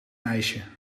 ijsje